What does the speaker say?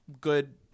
good